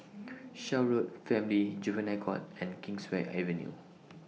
Shaw Road Family and Juvenile Court and Kingswear Avenue